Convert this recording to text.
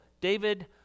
David